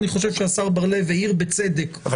אני חושב שהשר בר לב העיר בצדק על